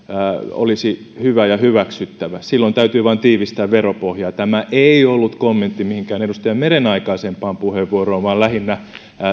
olisi hyvä ja hyväksyttävä silloin täytyy vain tiivistää veropohjaa tämä ei ollut kommentti mihinkään edustaja meren aikaisempaan puheenvuoroon vaan lähinnä